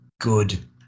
good